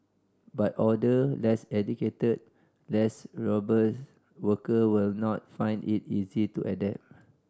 but older less educated less robust workers will not find it easy to adapt